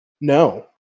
No